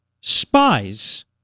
spies